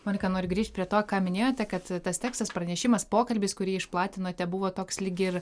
monika noriu grįžt prie to ką minėjote kad tas tekstas pranešimas pokalbis kurį išplatinote buvo toks lyg ir